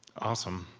awesome.